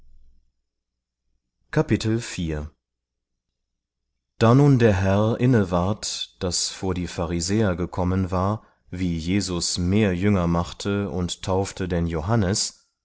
da nun der herr inneward daß vor die pharisäer gekommen war wie jesus mehr jünger machte und taufte denn johannes